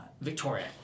Victoria